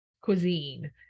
cuisine